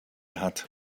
hat